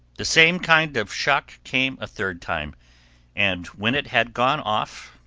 the same kind of shock came a third time and when it had gone off,